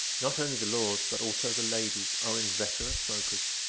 not only the lords, but also the ladies, are inveterate smokers.